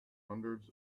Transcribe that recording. hundreds